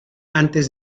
antes